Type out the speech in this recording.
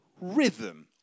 rhythm